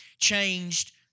changed